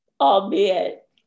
albeit